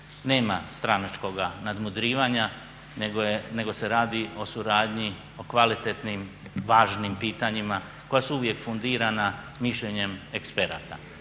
nema stranačkoga nadmudrivanja, nego se radi o suradnji, o kvalitetnim, važnim pitanjima koja su uvijek fundirana mišljenjem eksperata.